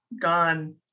gone